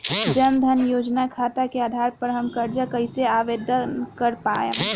जन धन योजना खाता के आधार पर हम कर्जा कईसे आवेदन कर पाएम?